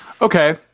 Okay